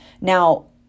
Now